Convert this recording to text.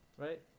right